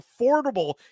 affordable